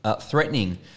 threatening